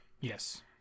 Yes